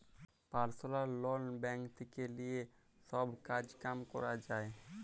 personal loan bank থেক্যে লিয়ে সব কাজ কাম ক্যরা যায়